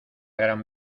gran